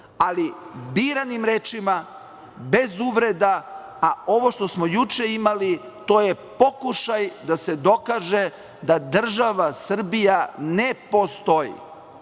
Ali, biranim rečima, bez uvreda. Ovo što smo juče imali, to je pokušaj da se dokaže da država Srbija ne postoji.